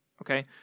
okay